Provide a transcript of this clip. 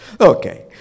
Okay